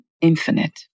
infinite